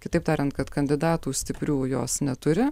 kitaip tariant kad kandidatų stiprių jos neturi